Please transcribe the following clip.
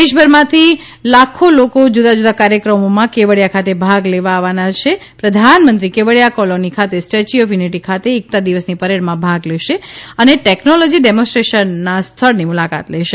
દેશભરમાંથી લાખો લોકો જવા જુદા કાર્યક્રમોમા કેવડીયા ખાતે ભાગ લેવા આવનાર છે તેઓ કેવડીયા કોલોની ખાતેની સ્ટેચ્યુ ઓફ યુનિટી ખાતે એકતા દિવસની પરેડમાં ભાગ લેશે અને ટેકનોલોજી ડેમોન્ટ્રેશનના સ્થળની મુલાકાત લેશે